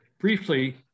Briefly